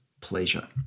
pleasure